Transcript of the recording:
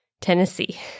Tennessee